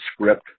script